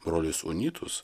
brolius unitus